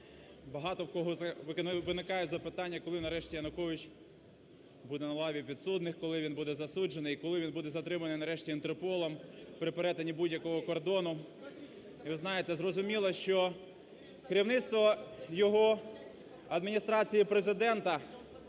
багато в кого виникає запитання – коли нарешті Янукович буде на лаві підсудних, коли він буде засуджений і коли він буде затриманий нарешті Інтерполом при перетині будь-якого кордону. І ви знаєте, зрозуміло, що керівництво його, Адміністрація Президент